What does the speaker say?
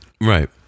Right